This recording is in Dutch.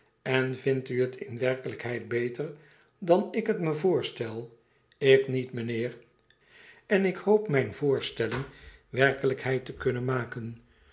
en vindt u het in werkelijkheid beter dan ik het me voorstel ik niet meneer en ik hoop mijn voorstelling werkelijkheid te zullen maken